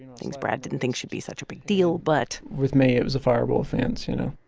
and things brad didn't think should be such a big deal, but. with me, it was a fireable offense, you know?